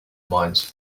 mines